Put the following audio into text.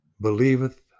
Believeth